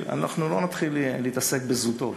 אנחנו לא נתחיל להתעסק בזוטות.